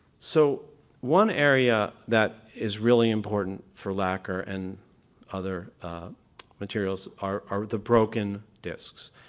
so one area that is really important for lacquer and other materials are are the broken discs,